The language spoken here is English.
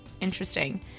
interesting